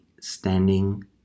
standing